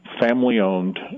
family-owned